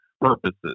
purposes